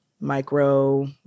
micro